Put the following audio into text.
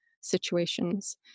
situations